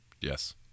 Yes